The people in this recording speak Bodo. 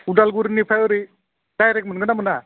उदालगुरिनिफ्राय ओरै डाइरेक्ट मोनगोन ना मोना